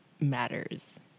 matters